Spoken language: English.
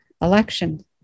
election